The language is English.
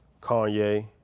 Kanye